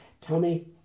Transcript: Tommy